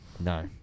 No